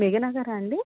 మేఘన గారా అండి